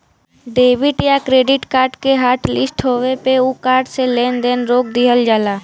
debit या credit card के hotlist होये पे उ कार्ड से लेन देन रोक दिहल जाला